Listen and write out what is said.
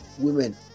women